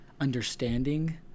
understanding